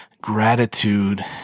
gratitude